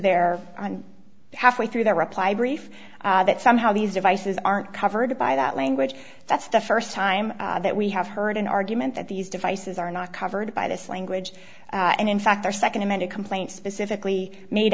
their on half way through their reply brief that somehow these devices aren't covered by that language that's the first time that we have heard an argument that these devices are not covered by this language and in fact their second amended complaint specifically made